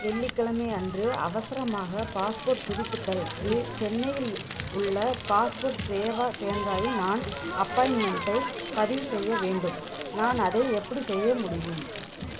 வெள்ளிக்கிழமை அன்று அவசரமாக பாஸ்போர்ட் புதுப்பித்தலுக்கு சென்னையில் உள்ள பாஸ்போர்ட் சேவா கேந்திராவில் நான் அப்பாயிண்ட்மெண்ட்டை பதிவு செய்ய வேண்டும் நான் அதை எப்படி செய்ய முடியும்